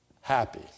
happy